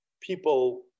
people